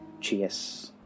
cheers